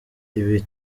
ibi